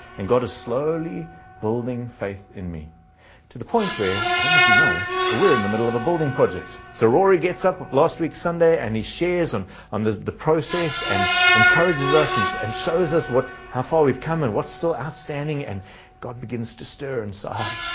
and god is slowly building faith in me to the point where i don't know if you know, but we're in the middle of a building project. so rory gets up last week sunday, and he shares them on the the process and encourages us and and shows us what how far we've come and what's still outstanding, and god begins to stir inside.